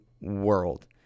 world